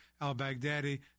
al-Baghdadi